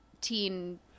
teen